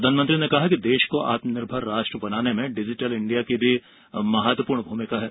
प्रधानमंत्री ने कहा कि आत्मनिर्भर राष्ट्र बनाने में डिजिटल इंडिया की भी महत्वपूर्ण भूमिका है